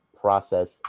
process